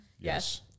Yes